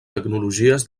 tecnologies